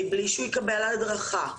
מבלי שהוא יקבל הדרכה,